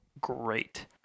great